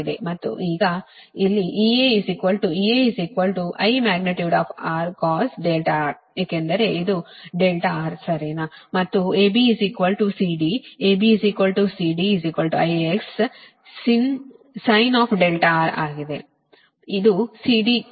ಮತ್ತು ಈಗ ಇಲ್ಲಿ EA EA |I| R cos R ಏಕೆಂದರೆ ಇದು Rಸರಿನಾ ಮತ್ತು AB CD AB CD IX sinR ಆಗಿದೆ